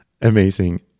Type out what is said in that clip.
Amazing